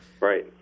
right